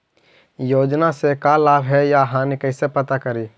योजना से का लाभ है या हानि कैसे पता करी?